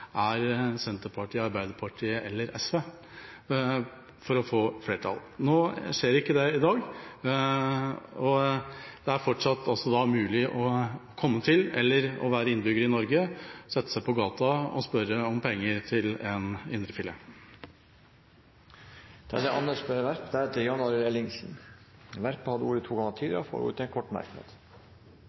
er Senterpartiet, Arbeiderpartiet eller SV. Nå skjer ikke det i dag. Det er fortsatt mulig i Norge å sette seg på gata og spørre om penger til en indrefilet. Representanten Anders B. Werp har hatt ordet to ganger tidligere i debatten og får ordet til en kort merknad,